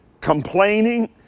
Complaining